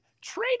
Trade